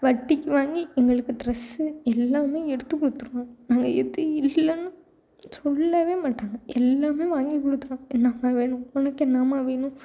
வட்டிக்கு வாங்கி எங்களுக்கு ட்ரெஸ்ஸு எல்லாம் எடுத்து கொடுத்துருவாங்க நாங்கள் எது இல்லைனாலும் சொல்ல மாட்டாங்க எல்லாம் வாங்கி கொடுத்துருவாங்க என்னமா வேணும் உனக்கு என்னமா வேணும்